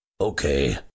Okay